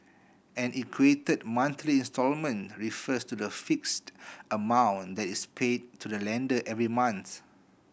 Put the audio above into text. an equated monthly instalment refers to the fixed amount that is paid to the lender every month